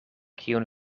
kiun